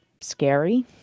scary